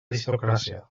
aristocràcia